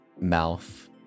mouth